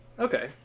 Okay